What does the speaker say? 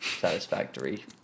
Satisfactory